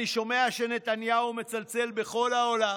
אני שומע שנתניהו מצלצל לכל העולם